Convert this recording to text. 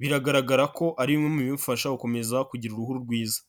biragaragara ko ari bimwe mu bimufasha gukomeza kugira uruhu rwiza.